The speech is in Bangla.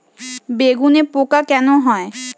বেগুনে পোকা কেন হয়?